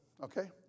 Okay